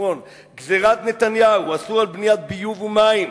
גזירת נתניהו איסור בניית ביוב ומים ליהודים,